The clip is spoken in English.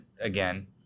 again